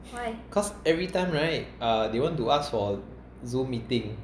cause every time right uh they want to ask for zoom meeting